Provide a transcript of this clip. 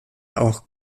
auch